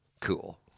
cool